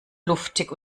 luftig